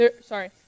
sorry